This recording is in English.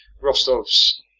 Rostov's